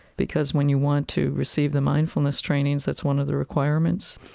because when you want to receive the mindfulness trainings, that's one of the requirements.